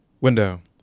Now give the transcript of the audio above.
Window